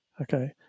Okay